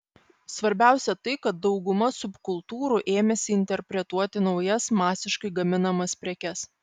svarbiausia tai kad dauguma subkultūrų ėmėsi interpretuoti naujas masiškai gaminamas prekes